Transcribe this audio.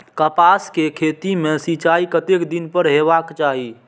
कपास के खेती में सिंचाई कतेक दिन पर हेबाक चाही?